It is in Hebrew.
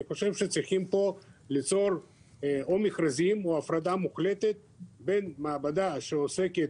אני חושב שצריכים פה ליצור או מכרזים או הפרדה מוחלטת בין מעבדה שעוסקת